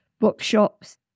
bookshops